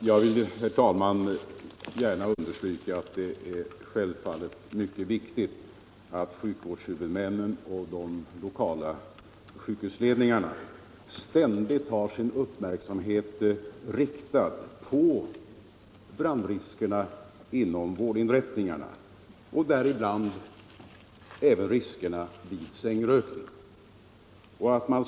Herr talman! Jag vill gärna understryka att det självfallet är mycket viktigt att sjukvårdshuvudmännen och de lokala sjukhusledningarna ständigt har sin uppmärksamhet riktad på brandriskerna inom vårdinrättningarna, bl.a. riskerna vid sängrökning.